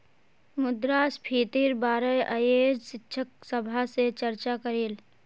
मुद्रास्फीतिर बारे अयेज शिक्षक सभा से चर्चा करिल